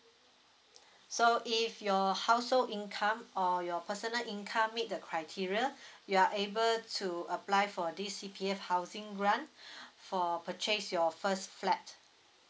so if your household income or your personal income meet the criteria you are able to apply for this C_P_F housing grant for purchase your first flat